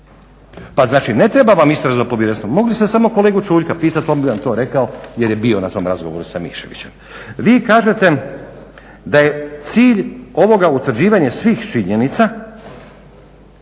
Pa znači ne treba vam istražno povjerenstvo, mogli ste samo kolegu Čuljka pitat, on bi vam to rekao jer je bio na tom razgovoru sa Miševićem. Vi kažete da je cilj ovoga utvrđivanje svih činjenica,